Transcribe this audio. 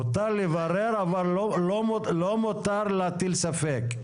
מותר לברר אבל לא מותר להטיל ספק.